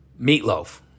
Meatloaf